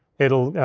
it'll